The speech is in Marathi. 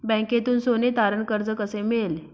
बँकेतून सोने तारण कर्ज कसे मिळेल?